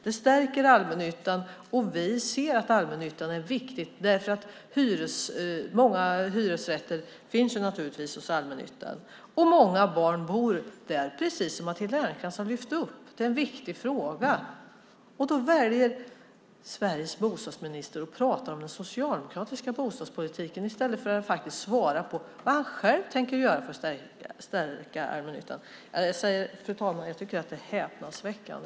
Vi stärker allmännyttan, och vi ser att allmännyttan är viktig eftersom många hyresrätter finns hos just allmännyttan. Många barn bor där. Precis som Matilda Ernkrans framhöll är detta en viktig fråga. Då väljer Sveriges bostadsminister att prata om den socialdemokratiska bostadspolitiken i stället för att faktiskt svara på vad han själv tänker göra för att stärka allmännyttan. Jag tycker att det är häpnadsväckande.